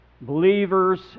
Believers